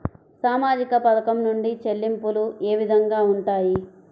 సామాజిక పథకం నుండి చెల్లింపులు ఏ విధంగా ఉంటాయి?